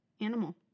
animal